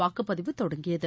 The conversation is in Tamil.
வாக்குப்பதிவு தொடங்கியது